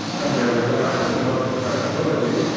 and their regard for the public tranquillity,